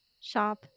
Shop